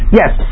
yes